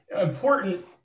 Important